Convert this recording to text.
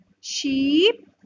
sheep